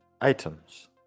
items